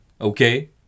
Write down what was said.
Okay